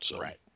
Right